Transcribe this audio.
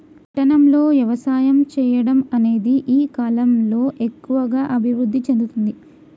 పట్టణం లో వ్యవసాయం చెయ్యడం అనేది ఈ కలం లో ఎక్కువుగా అభివృద్ధి చెందుతుంది